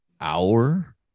hour